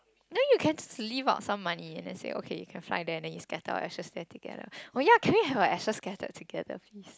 no you can sl~ leave out some money and the say okay you can fly there and then you scatter our ashes there together oh yeah can we have our ashes scattered together please